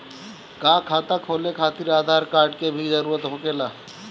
का खाता खोले खातिर आधार कार्ड के भी जरूरत होखेला?